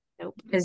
Nope